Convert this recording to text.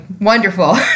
Wonderful